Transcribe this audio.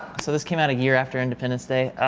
so this came out a year after independence day